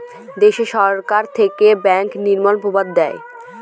দেশে সরকার থেকে ব্যাঙ্কের নিয়ম প্রস্তাব দেয়